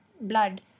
blood